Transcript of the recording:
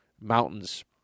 mountains